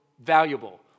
valuable